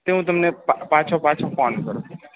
તે હું તમને પાછો પાછો ફોન કરું